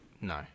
No